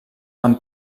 amb